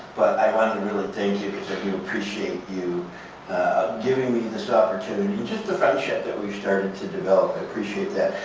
i wanted to really thank you because i do appreciate you giving me this opportunity and just the friendship that we've started to develop. i appreciate that.